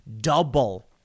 double